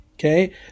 Okay